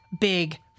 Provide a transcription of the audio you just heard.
big